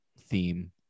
theme